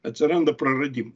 atsiranda praradimų